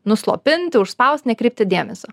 nuslopinti užspaust nekreipti dėmesio